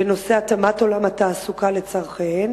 בנושא התאמת עולם התעסוקה לצורכיהן?